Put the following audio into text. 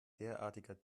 derartiger